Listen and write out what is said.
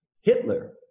Hitler